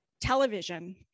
television